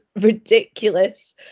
ridiculous